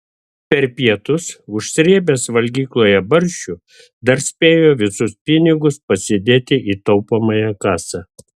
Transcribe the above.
per pietus užsrėbęs valgykloje barščių dar spėjo visus pinigus pasidėti į taupomąją kasą